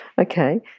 Okay